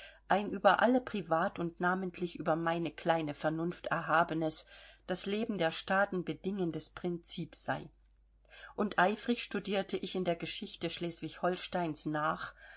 ein über alle privat und namentlich über meine kleine vernunft erhabenes das leben der staaten bedingendes prinzip sei und eifrig studierte ich in der geschichte schleswig holsteins nach